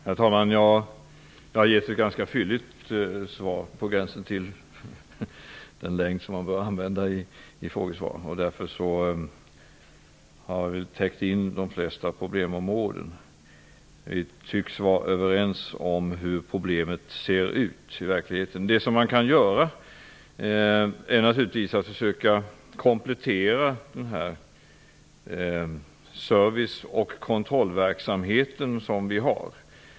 Herr talman! Jag har gett ett ganska fylligt svar som är på gränsen till den längd som man bör använda i frågesvar. Jag har därför täckt in de flesta problemområden. Vi tycks vara överens om hur problemet ser ut i verkligheten. Det man kan göra är givetvis att försöka komplettera den service och kontrollverksamhet som finns.